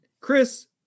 Chris